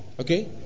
Okay